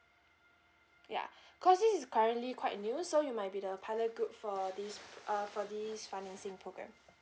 ya cause this is currently quite new so you might be the pilot group for this uh for this financing programme